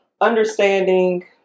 understanding